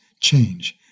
change